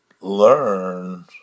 learn